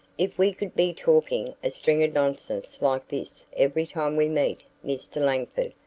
if we could be talking a string of nonsense like this every time we meet mr. langford,